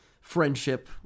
friendship